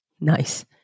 Nice